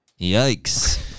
Yikes